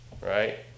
right